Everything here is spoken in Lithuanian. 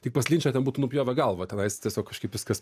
tik pas linčą ten būtų nupjovę galvą tenais tiesiog kažkaip viskas